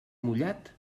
mullat